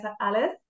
Alice